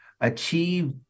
achieve